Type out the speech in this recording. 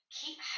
keep